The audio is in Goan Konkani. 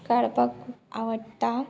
काडपाक खूब आवडटा